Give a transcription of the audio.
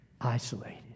Isolated